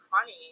funny